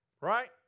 right